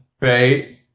right